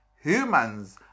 humans